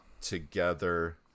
together